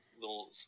little